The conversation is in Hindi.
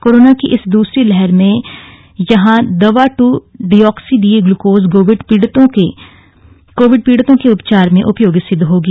कोरोना की इस दूसरी लहर में यह दवा ट्र डीऑक्सी डी ग्लूकोज कोविड पीड़ितों के उपचार में उपयोगी सिद्ध होगी